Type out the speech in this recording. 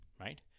right